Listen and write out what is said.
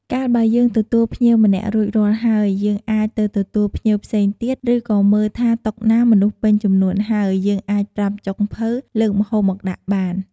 កាលបើយើងទទួលភ្ញៀវម្នាក់រួចរាល់ហើយយើងអាចទៅទទួលភ្ញៀវផ្សេងទៀត ឬក៏មើលថាតុណាមនុស្សពេញចំនួនហើយ យើងអាចប្រាប់ចុងភៅលើកម្ហូបមកដាក់បាន។